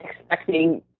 expecting